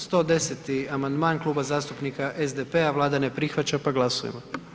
110. amandman Kluba zastupnika SDP-a, Vlada ne prihvaća pa glasujmo.